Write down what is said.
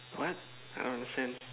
what I don't understand